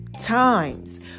Times